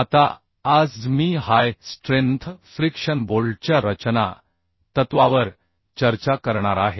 आता आज मी हाय स्ट्रेंन्थ फ्रिक्शन बोल्टच्या रचना तत्त्वावर चर्चा करणार आहे